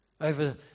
Over